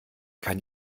kann